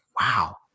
wow